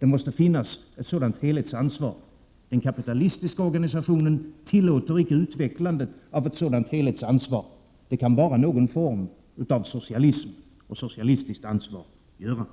Det måste finnas ett sådant helhetsansvar. Den kapitalistiska organisationen tillåter icke utvecklandet av ett sådant helhetsansvar. Det kan bara någon form av socialism och socialistiskt ansvar göra.